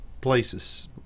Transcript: places